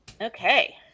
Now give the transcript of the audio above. Okay